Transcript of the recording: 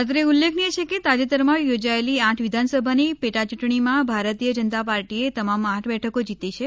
અત્રે ઉલ્લેખનીય છે કે તાજેતરમાં યોજાયેલી આઠ વિધાનસભાની પેટાયૂંટણીમાં ભારતીય જનતા પાર્ટીએ તમામ આઠ બેઠકો જીતી છે